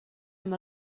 amb